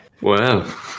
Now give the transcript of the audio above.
Wow